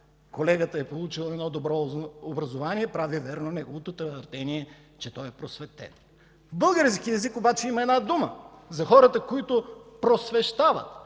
колегата е получил едно добро образование прави вярно неговото твърдение, че той е просветен. В българския език обаче има една дума за хората, които просвещават,